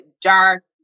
dark